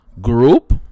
group